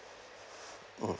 hmm